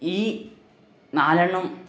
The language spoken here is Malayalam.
ഈ നാലെണ്ണം